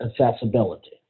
accessibility